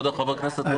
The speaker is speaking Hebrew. כבוד חבר הכנסת,